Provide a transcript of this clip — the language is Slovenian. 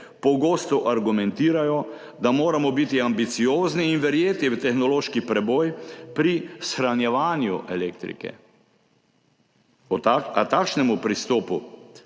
pogosto argumentirajo, da moramo biti ambiciozni in verjeti v tehnološki preboj pri shranjevanju elektrike, a takšnemu pristopu